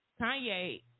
Kanye